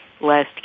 last